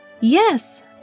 Yes